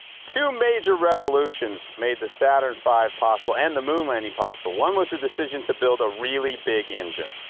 two major revolutions made the saturn five possible, and the moon landing possible. one was the decision to build a really big engine.